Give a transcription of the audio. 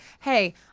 Hey